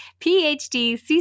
PhD